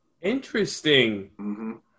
Interesting